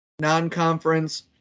Non-conference